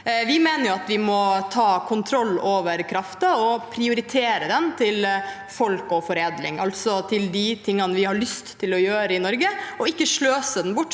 Vi mener at vi må ta kontroll over kraften og prioritere den til folk og foredling, altså til de tingene vi har lyst til å gjøre i Norge, og ikke sløse den bort